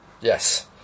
Yes